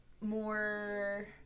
more